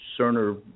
Cerner